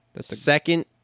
second